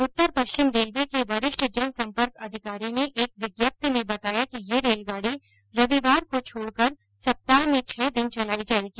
उत्तर पश्चिम रेलवे के वरिष्ठ जन सम्पर्क अधिकारी ने एक विज्ञप्ति में बताया कि ये रेलगाड़ी रविवार को छोडकर सप्ताह में छः दिन चलाई जायेगी